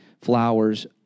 flowers